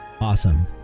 Awesome